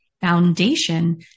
foundation